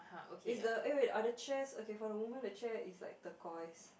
is the eh wait are the chairs okay for the woman the chair is like turquoise